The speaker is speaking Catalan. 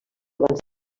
abans